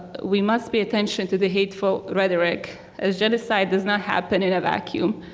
we must pay attention to the hateful rhetoric as genocide does not happen in a vacuum.